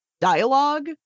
dialogue